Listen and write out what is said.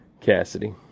Cassidy